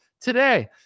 today